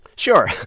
Sure